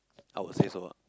I will say so ah